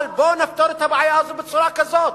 אבל בואו נפתור את הבעיה הזאת בצורה כזאת.